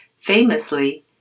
Famously